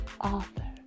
author